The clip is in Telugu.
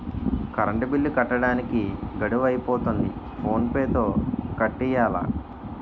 కరంటు బిల్లు కట్టడానికి గడువు అయిపోతంది ఫోన్ పే తో కట్టియ్యాల